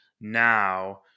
now